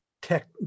tech